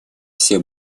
все